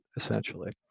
essentially